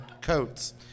coats